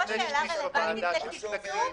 זאת לא שאלה רלוונטית לתקצוב?